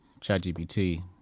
ChatGPT